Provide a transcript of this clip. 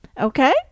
Okay